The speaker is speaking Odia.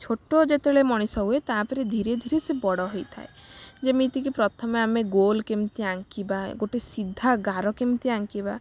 ଛୋଟ ଯେତେବେଳେ ମଣିଷ ହୁଏ ତାପରେ ଧୀରେ ଧୀରେ ସେ ବଡ଼ ହେଇଥାଏ ଯେମିତିକି ପ୍ରଥମେ ଆମେ ଗୋଲ କେମିତି ଆଙ୍କିବା ଗୋଟେ ସିଧା ଗାର କେମିତି ଆଙ୍କିବା